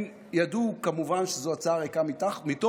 הם ידעו, כמובן, שזו הצעה ריקה מתוכן.